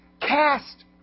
Cast